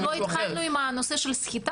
עוד לא התחלנו עם הנושא של סחיטה.